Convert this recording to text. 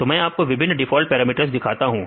तो मैं आपको विभिन्न डिफॉल्ट पैरामीटर्स दिखाता हूं